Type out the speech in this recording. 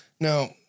Now